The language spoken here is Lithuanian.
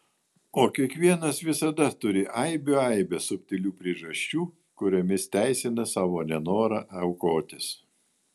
o kiekvienas visada turi aibių aibes subtilių priežasčių kuriomis teisina savo nenorą aukotis